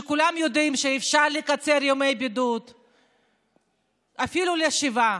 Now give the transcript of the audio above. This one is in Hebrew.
כשכולם יודעים שאפשר לקצר ימי בידוד אפילו לשבעה,